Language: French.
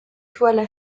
toile